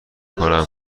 کنم